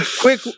quick